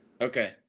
Okay